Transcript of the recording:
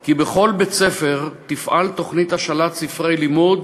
כי בכל בית-ספר תפעל תוכנית השאלת ספרי לימוד